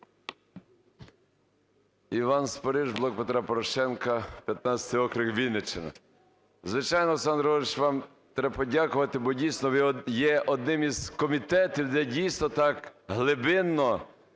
Іван Спориш, "Блок Петра Порошенка", 15 округ, Вінниччина. Звичайно, Олександр Георгійович, вам треба подякувати, бо, дійсно, ви є одним із комітетів, де, дійсно, так глибинно,